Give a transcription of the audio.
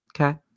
Okay